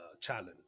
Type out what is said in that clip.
challenge